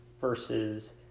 versus